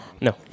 No